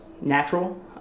natural